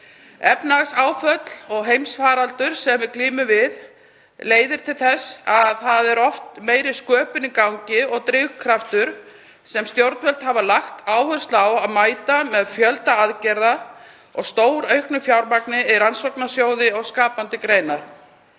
Efnahagsáföll og heimsfaraldur sem við glímum við leiða til þess að það er oft meiri sköpun í gangi og drifkraftur sem stjórnvöld hafa lagt áherslu á að mæta með fjölda aðgerða og stórauknu fjármagni í rannsóknasjóði og skapandi greinar.